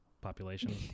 population